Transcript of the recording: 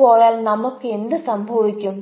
പോയാൽ നമ്മൾക്കെന്ത് സംഭവിക്കും